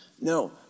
No